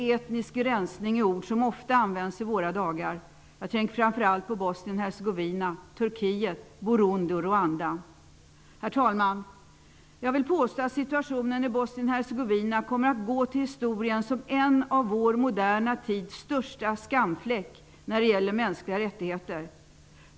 Etnisk resning är ord som ofta används i våra dagar. Jag tänker framför allt på Bosnien-Hercegovina, Jag vill påstå att situationen i Bosnien-Hercegovina kommer att gå till historien som en av vår moderna tids största skamfläck när det gäller mänskliga rättigheter.